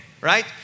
right